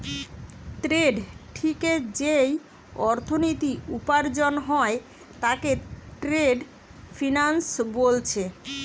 trade থিকে যেই অর্থনীতি উপার্জন হয় তাকে ট্রেড ফিন্যান্স বোলছে